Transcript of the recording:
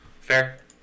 Fair